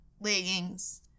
leggings